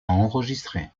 enregistrer